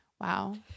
Wow